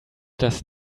does